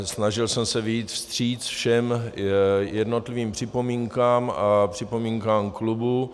Snažil jsem se vyjít vstříc všem jednotlivým připomínkám a připomínkám klubů.